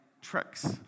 tricks